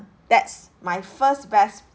that's my first best